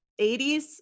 80s